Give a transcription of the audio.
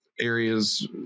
areas